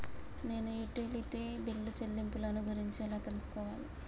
నేను utility bill చెల్లింపులను గురించి ఎలా తెలుసుకోవాలి?